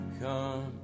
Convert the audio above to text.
come